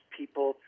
people